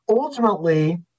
Ultimately